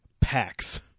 packs